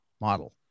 model